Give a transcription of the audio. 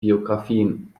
biographien